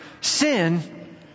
sin